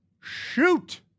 shoot